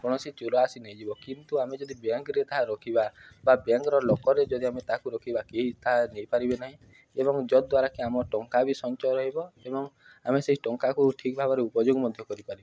କୌଣସି ଚୋର ଆସି ନେଇଯିବ କିନ୍ତୁ ଆମେ ଯଦି ବ୍ୟାଙ୍କ୍ରେ ତାହା ରଖିବା ବା ବ୍ୟାଙ୍କ୍ର ଲକର୍ରେ ଯଦି ଆମେ ତାକୁ ରଖିବା କେହି ତାହା ନେଇପାରିବେ ନାହିଁ ଏବଂ ଯଦ୍ୱାରା କି ଆମ ଟଙ୍କା ବି ସଞ୍ଚୟ ରହିବ ଏବଂ ଆମେ ସେଇ ଟଙ୍କାକୁ ଠିକ୍ ଭାବରେ ଉପଯୋଗ ମଧ୍ୟ କରିପାରିବା